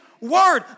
word